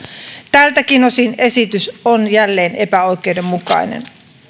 tältäkin osin esitys on jälleen epäoikeudenmukainen